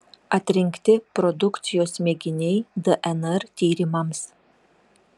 atrinkti produkcijos mėginiai dnr tyrimams